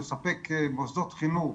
לספק מוסדות חינוך,